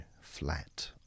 flat